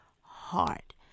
heart